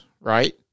right